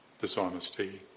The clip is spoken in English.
dishonesty